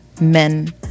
men